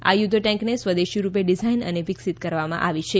આ યુધ્ધ ટેન્કને સ્વદેશીરૂપે ડીઝાઇન અને વિકસીત કરવામાં આવી છે